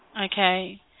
Okay